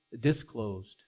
disclosed